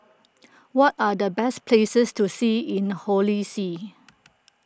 what are the best places to see in Holy See